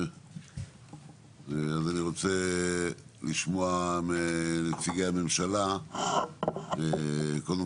אני רוצה לשמוע מנציגי הממשלה קודם